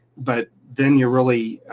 but then you really,